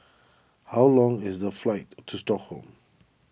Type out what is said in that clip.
how long is the flight to Stockholm